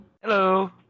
Hello